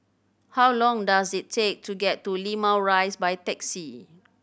how long does it take to get to Limau Rise by taxi